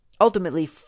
ultimately